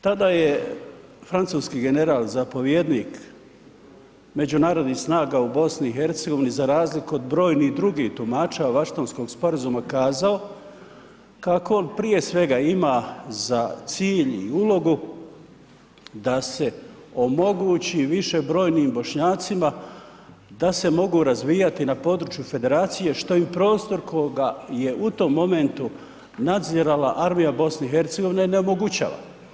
Tada je francuski general zapovjednik međunarodnih snaga u BiH-u za razliku od brojnih drugih tumača Washingtonskog sporazuma kazao kako on prije svega ima za cilj i ulogu da se omogući višebrojnim Bošnjacima da se mogu razvijati na području federacije što im prostor koga je u tom momentu nadzirala Armija BiH-a, ne omogućava.